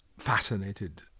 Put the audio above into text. fascinated